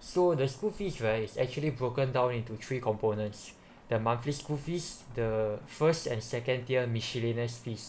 so the school fee right is actually broken down into three components the monthly school fees the first and second tier miscellaneous fees